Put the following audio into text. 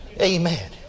Amen